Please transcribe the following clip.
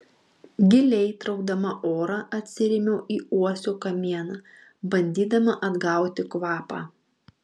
giliai traukdama orą atsirėmiau į uosio kamieną bandydama atgauti kvapą